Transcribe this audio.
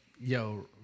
Yo